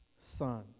son